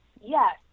yes